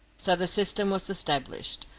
so the system was established.